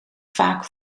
vaak